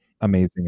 amazing